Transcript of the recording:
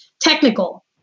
technical